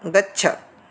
गच्छ